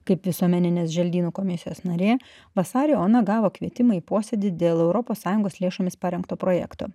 kaip visuomeninės želdynų komisijos narė vasarį ona gavo kvietimą į posėdį dėl europos sąjungos lėšomis parengto projekto